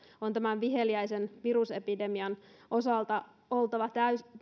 terveyden on tämän viheliäisen virusepidemian osalta oltava